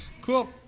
Cool